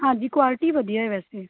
ਹਾਂਜੀ ਕੋਆਲਟੀ ਵਧੀਆ ਹੈ ਵੈਸੇ